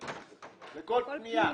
דבר אתי במספרים.